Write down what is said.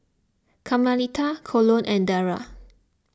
Carmelita Colon and Daryle